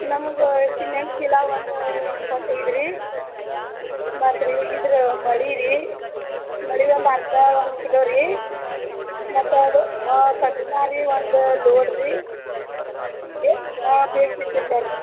ನಮ್ಗ ಸಿಮೆಂಟ್ ಚೀಲ ಒಂದು ಇಪ್ಪತ್ತೈದು ರೀ ಮತ್ರ್ ಈಗಿದ್ರ ಮಳೆ ರೀ ಮಳೆ ಒಂದು ಅರ್ಧ ಒಂದು ಕಿಲೋ ರೀ ಹಾಂ ಕಬ್ಬಿನ ರೀ ಒಂದು ಲೋಡ್ ರೀ ಏಯ್ ಹಾಂ ಬೇಕಿತ್ತು ರೀ ಬರ್ರಿ